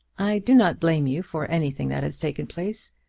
i do not blame you for anything that has taken place,